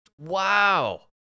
Wow